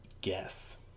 guess